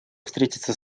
встретиться